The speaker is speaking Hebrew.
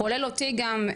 כולל אותי גם,